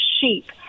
sheep